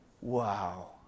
Wow